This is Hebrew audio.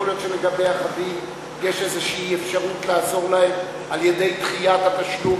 יכול להיות שלגבי אחדים יש איזה אפשרות לעזור להם על-ידי דחיית התשלום,